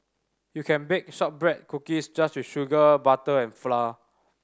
you can bake shortbread cookies just with sugar butter and flour